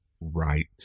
right